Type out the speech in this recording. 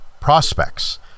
prospects